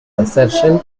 assertion